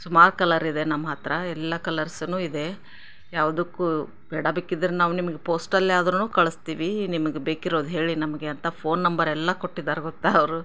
ಸುಮಾರು ಕಲರ್ ಇದೆ ನಮ್ಮ ಹತ್ತಿರ ಎಲ್ಲ ಕಲರ್ಸುನೂ ಇದೆ ಯಾವುದಕ್ಕೂ ಬೇಡ ಬೇಕಿದ್ದರೆ ನಾವು ನಿಮ್ಗೆ ಪೋಸ್ಟಲ್ಲಿ ಆದ್ರೂ ಕಳಿಸ್ತೀವಿ ನಿಮಗೆ ಬೇಕಿರೋದು ಹೇಳಿ ನಮಗೆ ಅಂತ ಫೋನ್ ನಂಬರ್ ಎಲ್ಲ ಕೊಟ್ಟಿದ್ದಾರೆ ಗೊತ್ತಾ ಅವರು